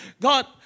God